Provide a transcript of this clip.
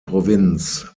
provinz